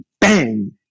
bang